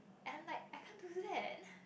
I'm like I'm can't do that